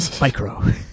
Micro